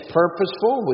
purposeful